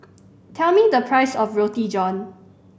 tell me the price of Roti John